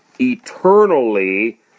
eternally